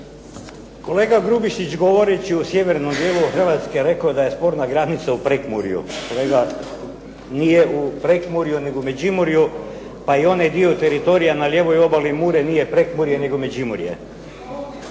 Kolega Grubišić je govoreći o sjevernom dijelu Hrvatske rekao da je sporna granica u Prekmurju. Kolega nije u Prekmurju nego Međimurju, pa i onaj dio teritorija na lijevoj obali Mure nije Prekmurje nego Međimurje.